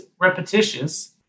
repetitious